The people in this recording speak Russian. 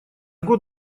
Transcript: год